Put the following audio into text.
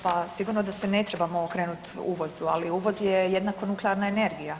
Pa sigurno da se ne trebamo okrenut uvozu, ali uvoz je jednako nuklearna energija.